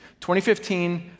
2015